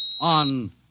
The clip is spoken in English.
on